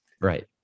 Right